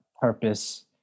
purpose